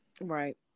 Right